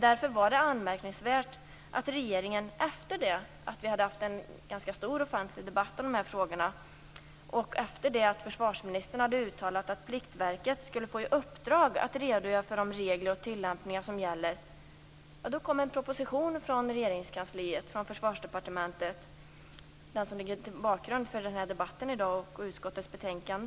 Därför var det anmärkningsvärt att regeringen efter det att vi hade haft en ganska stor offentlig debatt om de här frågorna och efter det att försvarsministern hade uttalat att Pliktverket skulle få i uppdrag att redogöra för de regler och tillämpningar som gäller. Då kom en proposition från Regeringskansliet, från Försvarsdepartementet. Det är den som utgör bakgrunden till debatten i dag och till utskottets betänkande.